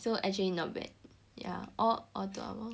so actually not bad ya all all two hour